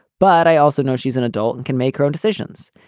but i also know she's an adult and can make her own decisions.